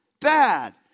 Bad